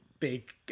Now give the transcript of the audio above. big